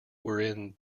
wherein